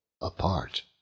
apart